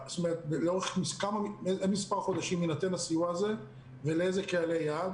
לאורך כמה חודשים יינתן הסיוע הזה ולאיזה קהלי יעד?